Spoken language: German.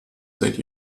seit